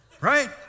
right